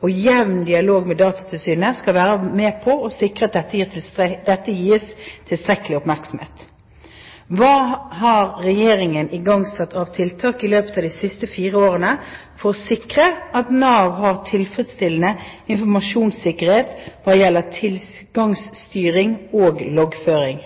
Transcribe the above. og jevn dialog med Datatilsynet skal være med på å sikre at dette gis tilstrekkelig oppmerksomhet.» Hva har regjeringen igangsatt av tiltak i løpet av de siste fire årene for å sikre at Nav har etablert tilfredsstillende informasjonssikkerhet hva gjelder tilgangsstyring og loggføring?»